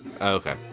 okay